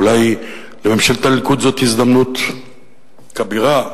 אולי לממשלת הליכוד זאת הזדמנות כבירה,